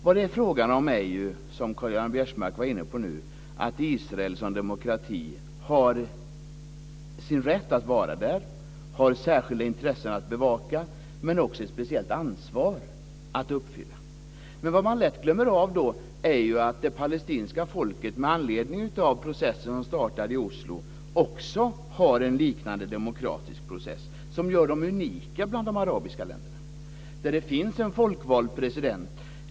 Vad det är fråga om är ju, som Karl-Göran Biörsmark var inne på, att Israel som demokrati har sin rätt att vara där och har särskilda intressen att bevaka men också har ett speciellt ansvar att uppfylla. Vad man lätt glömmer bort är att också det palestinska folket med anledning av den process som startade i Oslo har en liknande demokratisk process, något som gör dem unika bland de arabiska länderna. Där finns det en folkvald president.